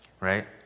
Right